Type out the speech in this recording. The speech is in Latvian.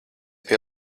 pie